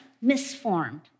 misformed